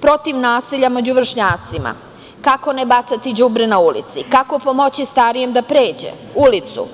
protiv nasilja među vršnjacima, kako ne bacati đubre na ulici, kako pomoći starijem da pređe ulicu.